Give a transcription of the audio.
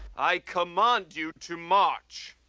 i command you to march.